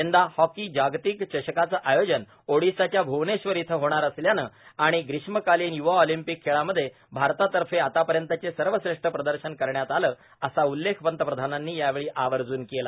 यंदा हॉकी जागतिक चषकाचं आयोजन ओडिशाच्या भुवनेश्वर इथं होणार असल्याबद्दल आणि ग्रीष्मकालीन युवा ऑलिम्पिक खेळामध्ये भारतातफे आतापर्यतचे सर्वश्रेष्ठ प्रदर्शन करण्यात आलं असा उल्लेख पंतप्रधानांनी यावेळी आवर्जून केला